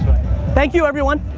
thank you, everyone.